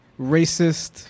racist